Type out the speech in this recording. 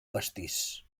pastís